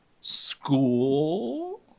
school